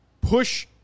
push-